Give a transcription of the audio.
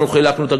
אנחנו חילקנו,